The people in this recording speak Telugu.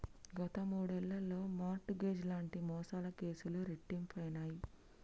గత మూడేళ్లలో మార్ట్ గేజ్ లాంటి మోసాల కేసులు రెట్టింపయినయ్